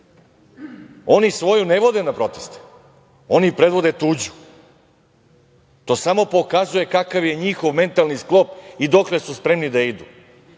Oni svoju ne vode na proteste, oni predvode tuđu. To samo pokazuje kakav je njihov mentalni sklop i dokle su spremni da